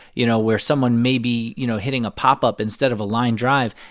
you know, where someone may be, you know, hitting a pop-up instead of a line drive.